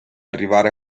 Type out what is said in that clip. arrivare